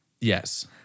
Yes